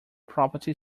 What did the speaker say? property